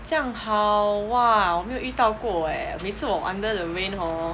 这样好 !wah! 我没有遇到过 eh 每次我 under the rain hor